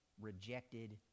rejected